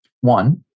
one